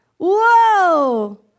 whoa